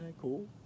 cool